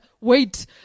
Wait